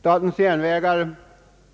Statens järnvägar,